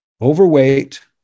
Overweight